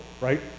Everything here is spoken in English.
right